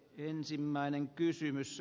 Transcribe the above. arvoisa puhemies